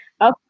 Okay